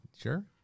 Sure